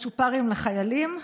צ'ופרים לחיילים.